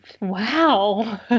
Wow